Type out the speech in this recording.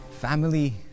Family